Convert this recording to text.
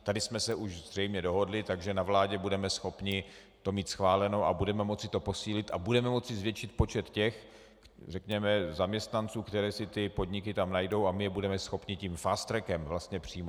Tady jsme se už zřejmě dohodli, takže na vládě budeme schopni to mít schváleno a budeme moci to posílit a budeme moci zvětšit počet těch zaměstnanců, které si ty podniky tam najdou, a my je budeme schopni tím fast trackem vlastně přijmout.